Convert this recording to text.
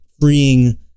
freeing